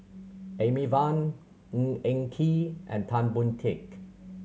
Amy Van Ng Eng Kee and Tan Boon Teik